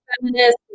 feminist